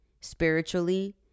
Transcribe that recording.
spiritually